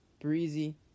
breezy